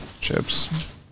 chips